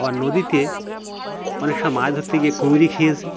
আবার নদীতে অনেক সময় মাছ ধরতে গিয়ে কুঁংড়ি খেয়েছি